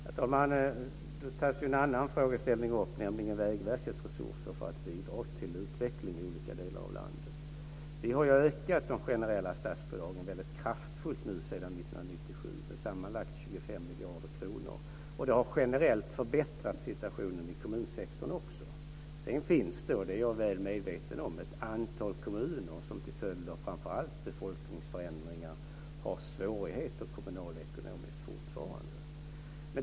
Herr talman! Nu tas en annan frågeställning upp, nämligen Vägverkets resurser för att bidra till utveckling i olika delar av landet. Vi har ju ökat de generella statsbidragen väldigt kraftfullt sedan 1997, med sammanlagt 25 miljarder kronor, och det har generellt förbättrat situationen i kommunsektorn också. Sedan finns det, vilket jag är väl medveten om, ett antal kommuner som till följd av framför allt befolkningsförändringar fortfarande har svårigheter kommunalekonomiskt.